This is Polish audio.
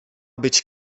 być